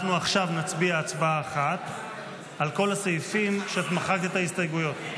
אנחנו עכשיו נצביע הצבעה אחת על כל הסעיפים שמחקת את ההסתייגויות להם.